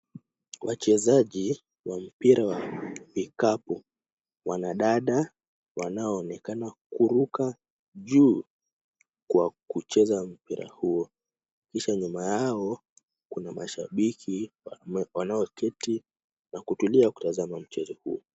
Wachezaji wa mpira wa vikapu. Wanadada wanaoonekana kuruka juu kwa kucheza mpira huo kisha nyuma yao kuna mashabiki wanaoketi na kutulia kutazama mchezo huo.